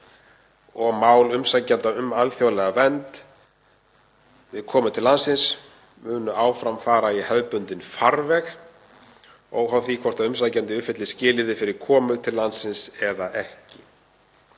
og mál umsækjenda um alþjóðlega vernd við komu til landsins munu áfram fara í hefðbundinn farveg, óháð því hvort umsækjandi uppfylli skilyrði fyrir komu til landsins eða ekki.